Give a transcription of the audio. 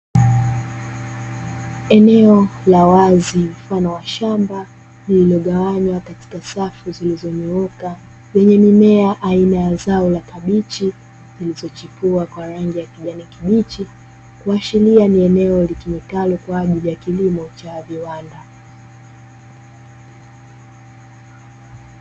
Eneo la wazi mfano wa shamba, lililogawanywa katika safu zilizonyooka, lenye mimea aina ya zao la kabichi, zilizochipua kwa rangi ya kijani kibichi. Kuashiria ni eneo litumikalo kwa ajili ya kilimo cha viwanda.